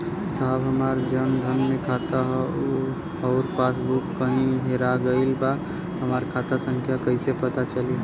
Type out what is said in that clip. साहब हमार जन धन मे खाता ह अउर पास बुक कहीं हेरा गईल बा हमार खाता संख्या कईसे पता चली?